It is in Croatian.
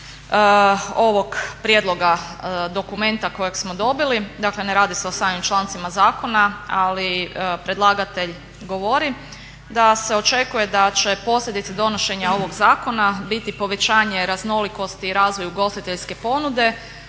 ovog prijedloga dokumenta kojeg smo dobili, dakle ne radi se o samim člancima zakona ali predlagatelj govori da se očekuje da će posljedice donošenja ovog zakona biti povećanje raznolikosti i razvoju ugostiteljske ponude,